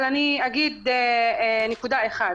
אבל אגיד נקודה אחת.